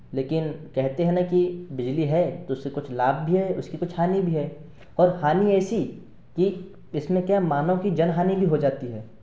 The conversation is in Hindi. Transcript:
लेकिन कहते हैं ना कि बिजली है तो उससे कुछ लाभ भी है उसकी कुछ हानि भी है और हानि ऐसी कि इसमें क्या मानव की जनहानि भी हो जाती है